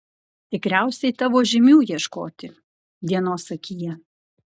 tikriausiai tavo žymių ieškoti dienos akyje